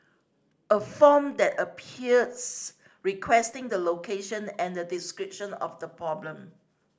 a form then appears requesting the location and a description of the problem